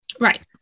Right